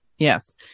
Yes